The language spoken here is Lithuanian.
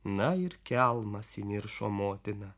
na ir kelmas įniršo motina